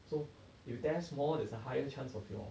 so you test more there's a higher chance of your